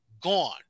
Gone